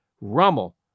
Rommel